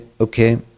okay